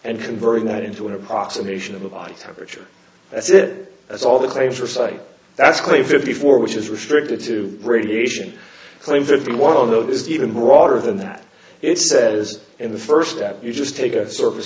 and converting that into an approximation of a body temperature that's it that's all the claims for sight that's clear fifty four which is restricted to radiation claim fifty one of those is even broader than that it says in the first that you just take a surface